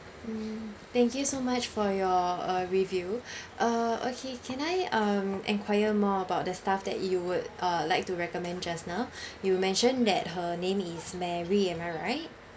mm thank you so much for your uh review uh okay can I um inquire more about the staff that you would uh like to recommend just now you mentioned that her name is mary am I right